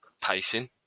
pacing